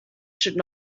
should